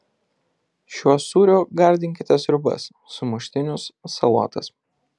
šiuo sūriu gardinkite sriubas sumuštinius salotas